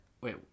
Wait